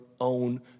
own